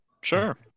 sure